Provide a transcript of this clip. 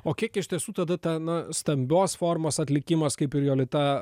o kiek iš tiesų tada ta na stambios formos atlikimas kaip ir jolita